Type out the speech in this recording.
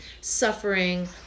suffering